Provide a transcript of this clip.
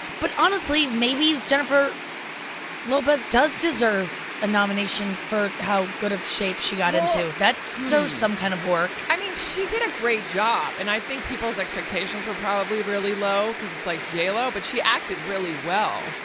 but honestly, maybe jennifer lopez does deserve a nomination for how good of shape she got into. that shows so some kind of work. i mean, she did a great job. and i think people's expectation were probably really low, because it's like jlo, but she acted really well.